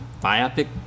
biopic